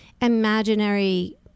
imaginary